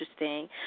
interesting